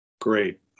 great